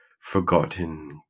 Forgotten